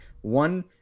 one